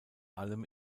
allem